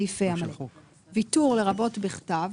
ויתור לרבות בכתב,